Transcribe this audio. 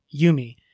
Yumi